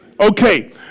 Okay